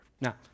Now